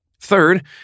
Third